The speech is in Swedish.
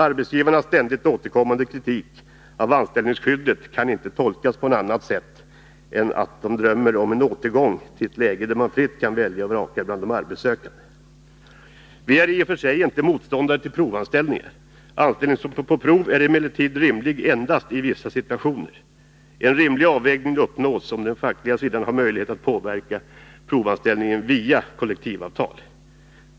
Arbetsgivarnas ständigt återkommande kritik av anställningsskyddet kan inte tolkas på något annat sätt än så, att de drömmer om en återgång till ett läge där man fritt kan välja och vraka bland de arbetssökande. Vi är i och för sig inte motståndare till provanställningar. Anställning på prov är emellertid rimlig endast i vissa situationer. En rimlig avvägning uppnås om den fackliga sidan har möjlighet att påverka provanställningen via kollektivavtal.